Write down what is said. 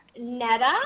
Netta